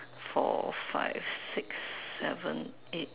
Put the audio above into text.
four five six seven eight